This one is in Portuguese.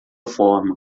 forma